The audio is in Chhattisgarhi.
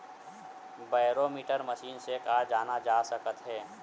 बैरोमीटर मशीन से का जाना जा सकत हे?